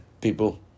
People